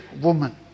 woman